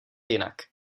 jinak